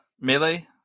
Melee